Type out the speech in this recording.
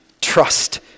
trust